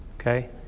Okay